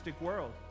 world